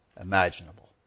imaginable